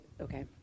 Okay